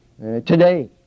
Today